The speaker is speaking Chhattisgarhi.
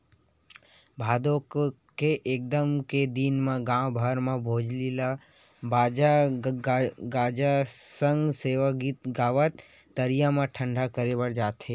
भादो के एकम के दिन गाँव भर म भोजली ल बाजा गाजा सग सेवा गीत गावत तरिया म ठंडा करे बर जाथे